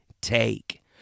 take